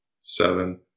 seven